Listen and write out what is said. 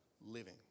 living